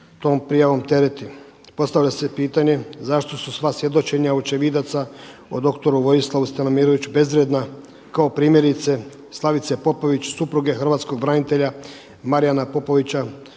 tom prijavom tereti. Postavlja se pitanje zašto su sva svjedočenja očevidaca o doktoru Vojislavu Stanimiroviću bezvrijedna kao primjerice Slavice Popović supruge hrvatskog branitelja Marijana Popovića